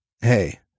hey